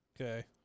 Okay